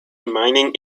mining